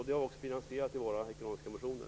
Detta är finansierat i våra ekonomiska motioner.